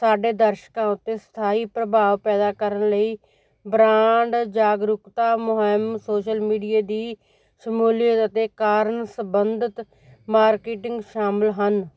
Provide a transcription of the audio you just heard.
ਸਾਡੇ ਦਰਸ਼ਕਾਂ ਉੱਤੇ ਸਥਾਈ ਪ੍ਰਭਾਵ ਪੈਦਾ ਕਰਨ ਲਈ ਬ੍ਰਾਂਡ ਜਾਗਰੂਕਤਾ ਮੁਹਿੰਮ ਸੋਸ਼ਲ ਮੀਡੀਏ ਦੀ ਸ਼ਮੂਲੀਅਤ ਅਤੇ ਕਾਰਨ ਸੰਬੰਧਤ ਮਾਰਕੀਟਿੰਗ ਸ਼ਾਮਿਲ ਹਨ